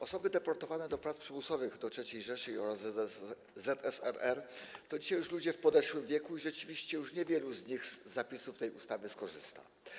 Osoby deportowane do prac przymusowych w III Rzeszy oraz ZSRR to dzisiaj już ludzie w podeszłym wieku i rzeczywiście już niewielu z nich z zapisów tej ustawy skorzysta.